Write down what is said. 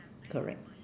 correct